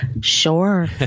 Sure